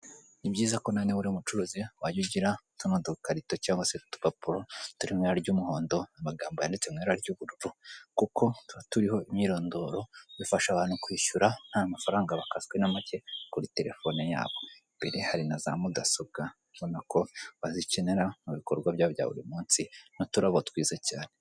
Ni byiza ko ni uri umucuruzi wajya ugira tuno dukarito cyangwa se udupapuro turi mu ibara ry'umuhondo, amagambo yanditse mu ibara ry'ubururu kuko tuba turiho imyirondoro ifasha abantu kwishyura nta mafaranga bakaswe na make kuri telefone yabo, imbere hari na za mudasobwa ubona ko bazikenera mu bikorwa byabo bya buri munsi n'uturabo twiza cyane.